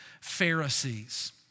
Pharisees